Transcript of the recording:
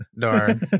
Darn